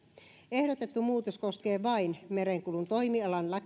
ehdotettu muutos koskee vain merenkulun toimialan